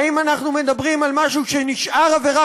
האם אנחנו מדברים על משהו שנשאר עבירה